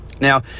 Now